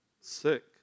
sick